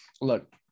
look